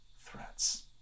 threats